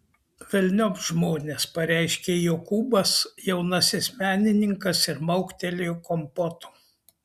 velniop žmones pareiškė jokūbas jaunasis menininkas ir mauktelėjo kompoto